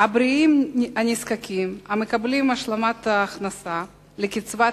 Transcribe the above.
והבריאים הנזקקים מקבלים השלמת הכנסה לקצבת